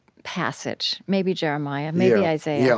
passage, maybe jeremiah, maybe isaiah, yeah